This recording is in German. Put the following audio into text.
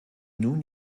nun